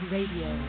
Radio